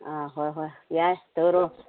ꯑꯥ ꯍꯣꯏ ꯍꯣꯏ ꯌꯥꯏ ꯇꯧꯔꯣ